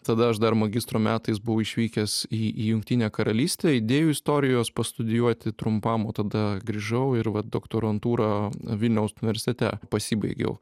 tada aš dar magistro metais buvau išvykęs į į jungtinę karalystę idėjų istorijos pastudijuoti trumpam o tada grįžau ir vat doktorantūrą vilniaus universitete pasibaigiau